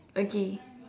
okay